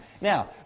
Now